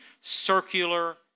circular